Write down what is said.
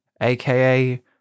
aka